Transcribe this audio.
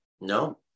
No